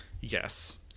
yes